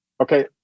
Okay